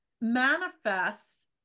manifests